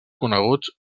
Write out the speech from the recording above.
coneguts